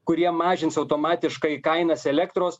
kurie mažins automatiškai kainas elektros